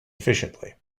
efficiently